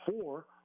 four